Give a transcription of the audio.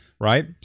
right